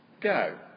go